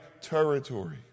territory